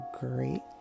great